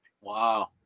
Wow